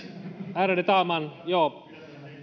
ärade talman